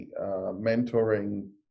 mentoring